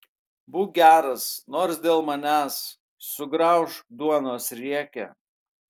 būk geras nors dėl manęs sugraužk duonos riekę